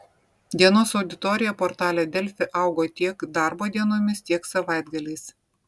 dienos auditorija portale delfi augo tiek darbo dienomis tiek savaitgaliais